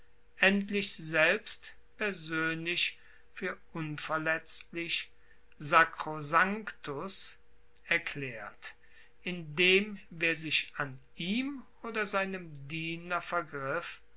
endlich selbst persoenlich fuer unverletzlich sacrosanctus erklaert indem wer sich an ihm oder seinem diener vergriff